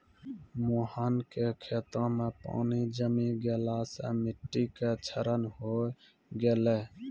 मोहन के खेतो मॅ पानी जमी गेला सॅ मिट्टी के क्षरण होय गेलै